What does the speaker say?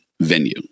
venue